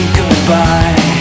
goodbye